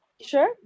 sure